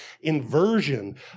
inversion